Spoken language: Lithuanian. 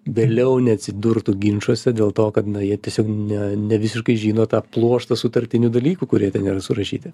vėliau neatsidurtų ginčuose dėl to kad jie tiesiog ne nevisiškai žino tą pluoštą sutartinių dalykų kurie ten yra surašyti